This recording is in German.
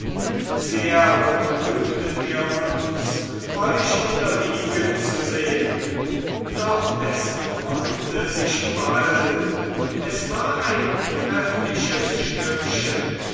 sehr betrübten wir uns euch unterliegen zu sehen doch es wandte sich bald es war ein treffliches stückchen